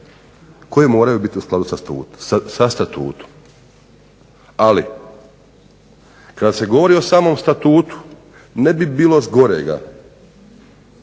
koje moraju biti u skladu sa Statutom. Ali, kada se govori o samom Statutu ne bi bilo zgorega